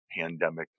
pandemic